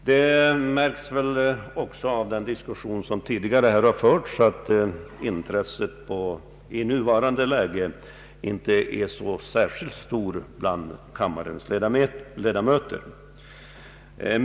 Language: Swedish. Det märks väl också av den diskussion som tidigare här har förts att intresset i nuvarande läge inte är så särskilt stort bland kammarens ledamöter.